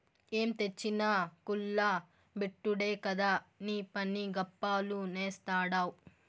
ఏం తెచ్చినా కుల్ల బెట్టుడే కదా నీపని, గప్పాలు నేస్తాడావ్